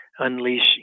unleash